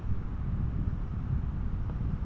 আমি ফিক্সড একাউন্টে কি কিভাবে জমা ও বিনিয়োগ করব?